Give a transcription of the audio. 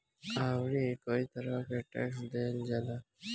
अउरी कई तरह के टेक्स देहल जाला